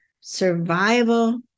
survival